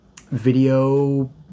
video